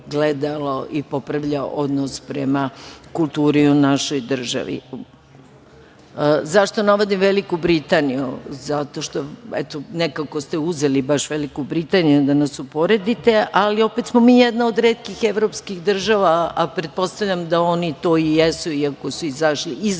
i popravljao odnos prema kulturi u našoj državi.Zašto navodim Veliku Britaniju. Nekako ste uzeli baš Veliku Britaniju da nas uporedite, ali opet smo mi jedna od retkih evropskih država, a pretpostavljam da oni to i jesu, iako su izašli iz